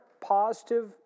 positive